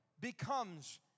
becomes